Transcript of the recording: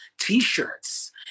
T-shirts